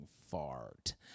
fart